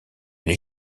les